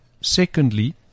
Secondly